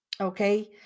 Okay